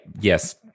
yes